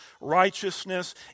righteousness